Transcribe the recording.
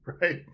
Right